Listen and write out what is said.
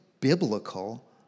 biblical